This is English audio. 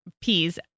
peas